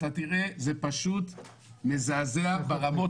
אתה תראה שזה פשוט מזעזע ברמות.